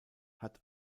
hat